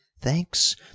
thanks